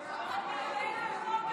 מנסור,